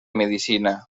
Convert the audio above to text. medicina